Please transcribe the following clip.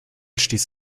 stieß